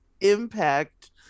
impact